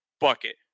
bucket